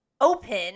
open